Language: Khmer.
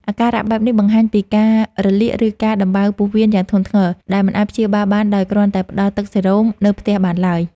អាការៈបែបនេះបង្ហាញពីការរលាក ឬការដំបៅពោះវៀនយ៉ាងធ្ងន់ធ្ងរ ដែលមិនអាចព្យាបាលបានដោយគ្រាន់តែផ្តល់ទឹកសេរ៉ូម នៅផ្ទះបានឡើយ។